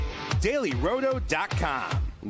DailyRoto.com